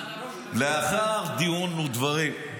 לאחר דין ודברים,